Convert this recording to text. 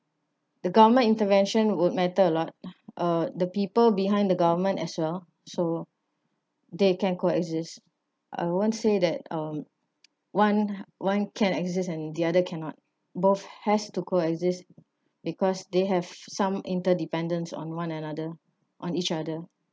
the government intervention would matter a lot uh the people behind the government as well so they can coexist I won't say that um one one can exist and the other cannot both has to coexist because they have some inter-dependence on one another on each other